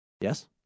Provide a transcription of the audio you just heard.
Yes